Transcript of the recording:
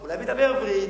אולי מדבר עברית,